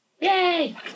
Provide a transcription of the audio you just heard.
Yay